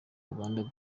uganda